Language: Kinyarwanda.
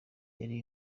yari